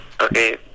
Okay